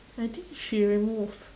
I think she remove